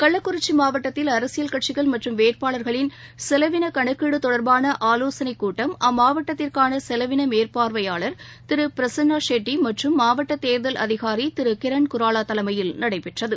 கள்ளக்குறிச்சிமாவட்டத்தில் வேட்பாளர்ளின் செலவினம் கணக்கீடுதொடர்பானஆலோசனைக் கட்டி அம்மாவட்டத்திற்கானசெலவினமேற்பார்வையாளர் திருபிரசன்னாஷெட்டிமற்றும் மாவட்டதேர்தல் அதிகாரிதிருகிரண் குராவாதலைமையில் நடைபெற்றது